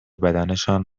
بدنشان